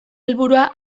helburua